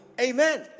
amen